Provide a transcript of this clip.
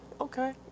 okay